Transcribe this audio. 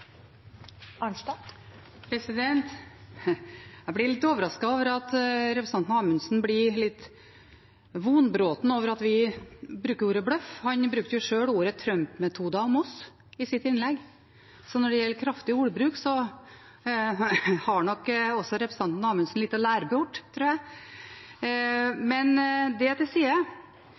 Jeg blir litt overrasket over at representanten Amundsen blir litt vonbroten over at vi bruker ordet «bløff». Han brukte jo sjøl ordet «Trump-metoder» om oss i sitt innlegg. Så når det gjelder kraftig ordbruk, har nok også representanten Amundsen litt å lære bort, tror jeg. Men det til side: